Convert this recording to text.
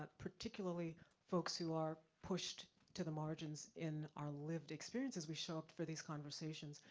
ah particularly folks who are pushed to the margins in our lived experience as we show up for these conversations,